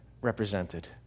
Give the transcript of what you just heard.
represented